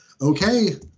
okay